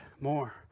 more